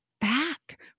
back